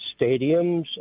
stadiums